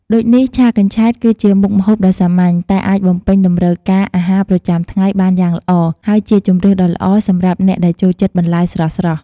ដូចនេះ ឆាកញ្ឆែត គឺជាមុខម្ហូបដ៏សាមញ្ញ តែអាចបំពេញតម្រូវការអាហារប្រចាំថ្ងៃបានយ៉ាងល្អ ហើយជាជម្រើសដ៏ល្អសម្រាប់អ្នកដែលចូលចិត្តបន្លែស្រស់ៗ។